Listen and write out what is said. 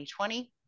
2020